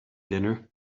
dinner